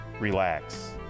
Relax